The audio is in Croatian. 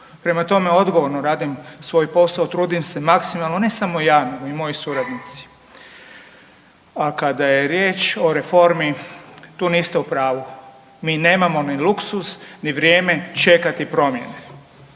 Prema tome odgovorno radim svoj posao, trudim se maksimalno, ne samo ja nego i moji suradnici. A kada je riječ o reformi tu niste u pravu. Mi nemamo ni luksuz, ni vrijeme čekati promjene.